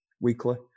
weekly